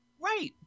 Right